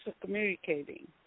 communicating